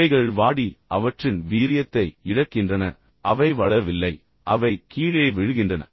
இலைகள் வாடி அவற்றின் வீரியத்தை இழக்கின்றன அவை வளரவில்லை அவை கீழே விழுகின்றன